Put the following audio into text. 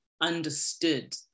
understood